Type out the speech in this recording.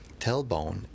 tailbone